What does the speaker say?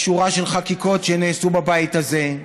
בשורה של חקיקות שנעשו בבית הזה,